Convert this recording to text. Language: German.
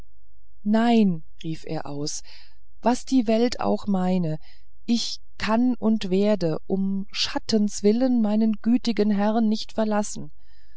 nein rief er aus was die welt auch meine ich kann und werde um schattens willen meinen gütigen herrn nicht verlassen